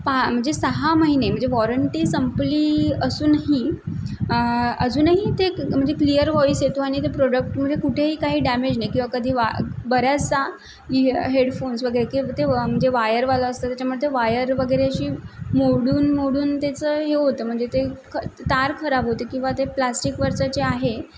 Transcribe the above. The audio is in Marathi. पहा म्हणजे सहा महिने म्हणजे वॉरंटी संपली असूनही अजूनही ते म्हणजे क्लिअर वॉईस येतो आणि ते प्रोडक्ट म्हणजे कुठेही काही डॅमेज नाही किंवा कधी वा बऱ्याचा हेडफोन्स वगैरे किंवा ते म्हणजे वायरवालं असतं त्याच्यामुळे ते वायर वगैरे अशी मोडून मोडून त्याचं हे होतं म्हणजे ते तार खराब होते किंवा ते प्लास्टिकवरचं जे आहे